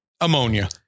ammonia